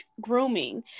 grooming